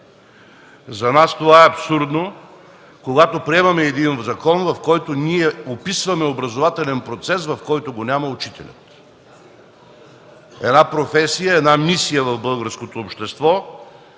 За нас това е абсурдно – когато приемаме закон, в който описваме образователен процес, да го няма учителя – една професия, една мисия в българското общество,